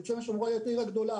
בית שמש אמורה להיות עיר גדולה.